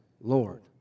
Lord